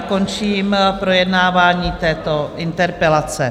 Končím projednávání této interpelace.